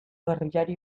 gerrillari